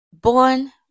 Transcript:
Born